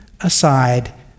aside